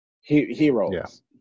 heroes